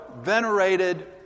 venerated